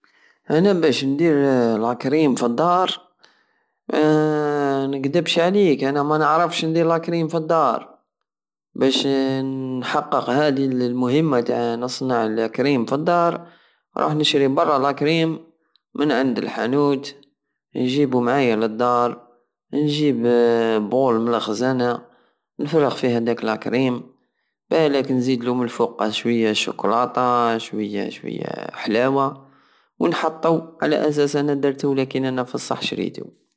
انا بش ندير لاكريم فالدار منكدبش عليك انا منعرفش ندير لاكريم فالدار بش نحقق هادي المهمة تع نصنع لاكريم فالدار نؤوح نشري من برة لاكريم من عند الخانوت يجيبو معاية لدار نجيب بول من لغزانة نفرغ فيه داك لاكريم بالاك نزيدلو لفوقة شوية شوكلاطة شوية شوية- حلاوة ونحطو على أساس درتو ولاكن أنا في الصح شريتو